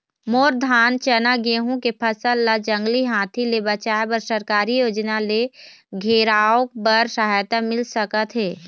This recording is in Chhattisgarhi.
मोर धान चना गेहूं के फसल ला जंगली हाथी ले बचाए बर सरकारी योजना ले घेराओ बर सहायता मिल सका थे?